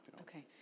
Okay